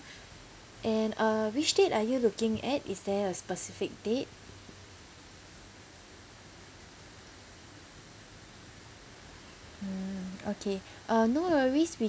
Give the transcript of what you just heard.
and uh which date are you looking at is there a specific date mm okay uh no worries we